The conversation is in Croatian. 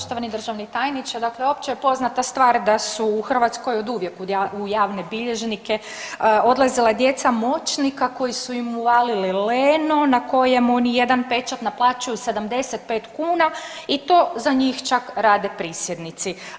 Poštovani državni tajniče, dakle opće je poznata stvar da su u Hrvatskoj oduvijek u javne bilježnike odlazila djeca moćnika koji su im uvalili leno na kojem oni jedan pečat naplaćuju 75 kuna i to za njih čak rade prisjednici.